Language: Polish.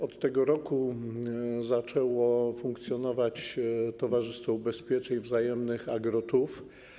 Od tego roku zaczęło funkcjonować Towarzystwo Ubezpieczeń Wzajemnych Agro TUW.